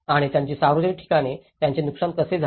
आणि त्यांची सार्वजनिक ठिकाणे त्यांचे नुकसान कसे झाले